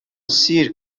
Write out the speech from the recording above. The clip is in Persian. سیر